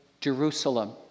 Jerusalem